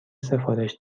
سفارش